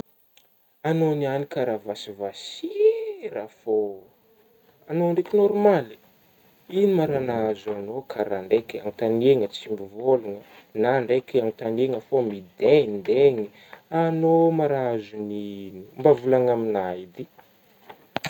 Agnao niany ka raha vasivasy raha fô, agnao ndraiky normaly, ino ma raha nahazo agnao ka raha ndraika anontagniana tsy mivôlagna na ndraika anontagniana fô midegnidegny agnao ma raha azon'inoo mba volagno aminah edy.